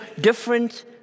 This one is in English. different